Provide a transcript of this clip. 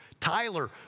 Tyler